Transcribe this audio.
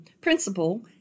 principle